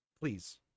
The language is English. please